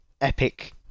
epic